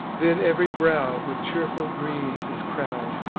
then ev'ry brow with cheerful green is crown'd,